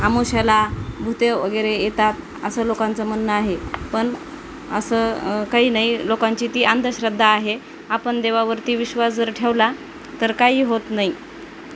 आमावास्येला भूते वगैरे येतात असं लोकांचं म्हणणं आहे पण असं काही नाही लोकांची ती अंधश्रद्धा आहे आपण देवावरती विश्वास जर ठेवला तर काही होत नाही